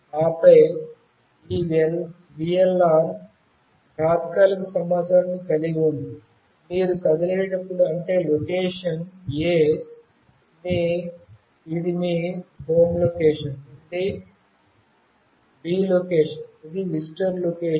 ఆపై ఈ VLR తాత్కాలిక సమాచారాన్ని కలిగి ఉంది మీరు కదిలేటప్పుడు అంటే లొకేషన్ A ఇది మీ హోమ్ లొకేషన్ నుండి B లొకేషన్ ఇది విజిటర్ లొకేషన్